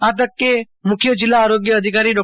આ તકે મુખ્ય જિલ્લા આરોગ્ય અધિકારી ડો